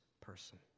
person